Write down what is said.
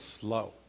slow